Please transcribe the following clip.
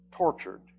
tortured